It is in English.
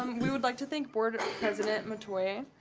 um we would like to thank board president metoyer